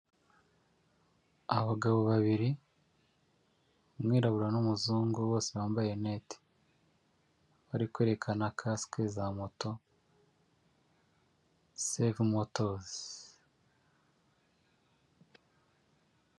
Abagabo babiri, umwirabura n'umuzungu bose bambaye rinete. bari kwerekana kasike za moto sefu motozi.